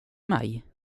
mig